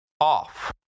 off